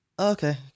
Okay